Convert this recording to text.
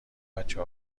بچه